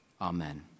Amen